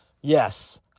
Yes